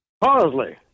Parsley